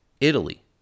Italy